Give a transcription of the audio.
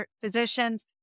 physicians